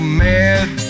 mad